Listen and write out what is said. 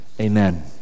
amen